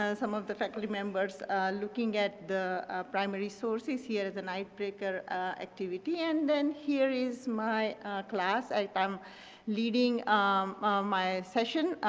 ah some of the faculty members looking at the primary sources. here is a icebreaker activity and then here is my class i am leading on um my session,